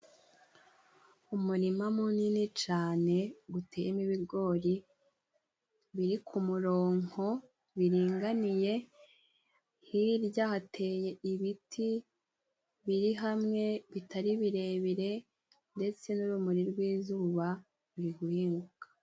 Umurima munini cane guteyemo ibigori biri kumurongonko. Biringaniye hirya hateye ibiti biri hamwe, bitari birebire ndetse n'urumuri rw'izuba ruri guhinguka.